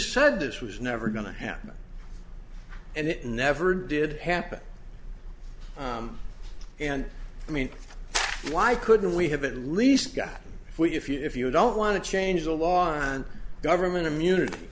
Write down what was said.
said this was never going to happen and it never did happen and i mean why couldn't we have at least got if we if you if you don't want to change the law and government immunity